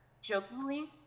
jokingly